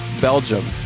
Belgium